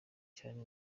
cyane